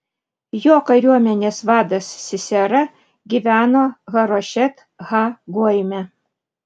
jo kariuomenės vadas sisera gyveno harošet ha goime